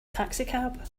taxicab